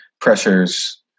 pressures